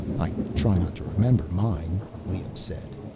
i try not to remember mine, leoh said.